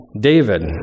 David